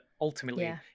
ultimately